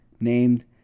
named